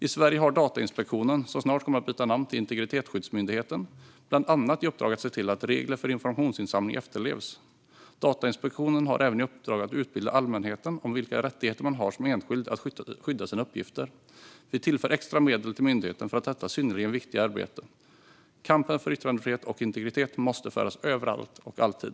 I Sverige har Datainspektionen, som snart kommer att byta namn till Integritetsskyddsmyndigheten, bland annat i uppdrag att se till att regler för informationsinsamling efterlevs. Datainspektionen har även i uppdrag att utbilda allmänheten om vilka rättigheter man har som enskild att skydda sina uppgifter. Vi tillför extra medel till myndigheten för detta synnerligen viktiga arbete. Kampen för yttrandefrihet och integritet måste föras överallt och alltid.